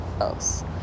else